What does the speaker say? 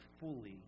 fully